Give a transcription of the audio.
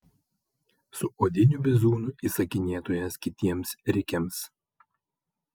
su odiniu bizūnu įsakinėtojas kitiems rikiams